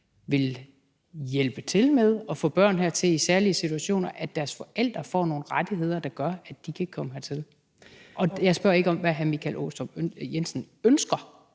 vil hjælpe til med at få børn hertil i særlige situationer, kan garantere, at deres forældre ikke får nogle rettigheder, der gør, at de kan komme hertil. Jeg spørger ikke om, hvad hr. Michael Aastrup Jensen ønsker,